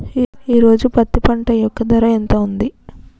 ఈ రోజు పత్తి పంట యొక్క ధర ఎంత ఉంది?